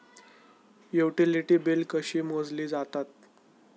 Utility बिले कशी मोजली जातात?